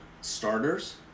starters